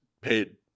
paid